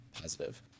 positive